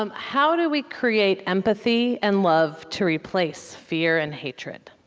um how do we create empathy and love to replace fear and hatred?